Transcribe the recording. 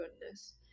goodness